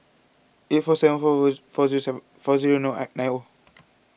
eight four seven four four four zero seven four zero naught nine O